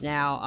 Now